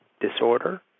disorder